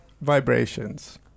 vibrations